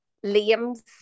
Liam's